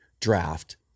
draft